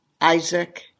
Isaac